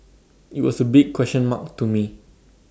IT was A big question mark to me